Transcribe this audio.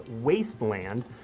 Wasteland